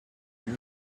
you